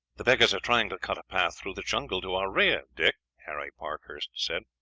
the beggars are trying to cut a path through the jungle to our rear, dick, harry parkhurst said.